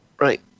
right